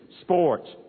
sports